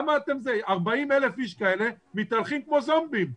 40,000 איש כאלה מתהלכים כמו זומבים.